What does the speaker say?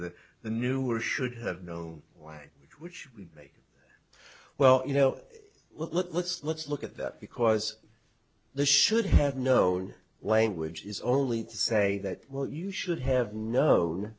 that the knew or should have known why which we may well you know let's let's look at that because the should have known language is only to say that well you should have known